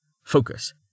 Focus